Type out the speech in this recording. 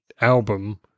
album